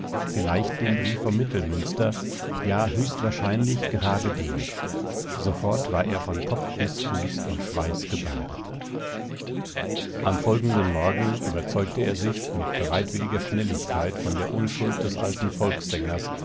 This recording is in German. vielleicht den brief vom mittelmünster ja höchst wahrscheinlich gerade den sofort war er von kopf bis fuß in schweiß gebadet am folgenden morgen überzeugte er sich mit bereitwilliger schnelligkeit von der unschuld des alten